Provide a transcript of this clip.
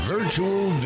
Virtual